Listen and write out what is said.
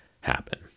happen